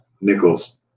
Nichols